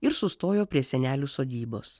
ir sustojo prie senelių sodybos